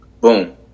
boom